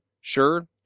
sure